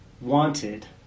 wanted